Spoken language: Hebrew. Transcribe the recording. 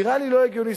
נראה לי לא הגיוני,